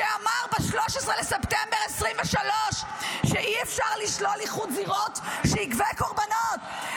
שאמר ב-13 בספטמבר 2023 שאי-אפשר לשלול איחוד זירות שיגבה קורבנות,